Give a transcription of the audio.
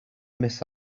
miss